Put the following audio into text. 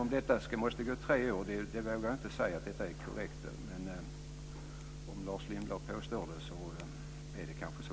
Jag kan inte säga om tidsangivelsen tre år är korrekt, men om Lars Lindblad påstår detta, är det kanske så.